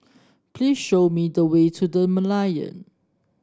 please show me the way to The Merlion